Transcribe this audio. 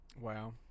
Wow